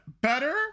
better